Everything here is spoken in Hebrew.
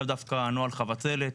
לאו דווקא נוהל חבצלת.